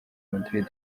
madrid